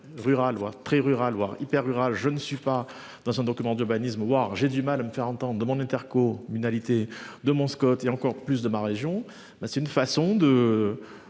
rural voire très rurales voire hyper rural je ne suis pas dans son document d'urbanisme voir j'ai du mal à me faire entendre demande Interco une alité de mon Scott et encore plus de ma région. Ben c'est une façon de